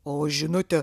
o žinote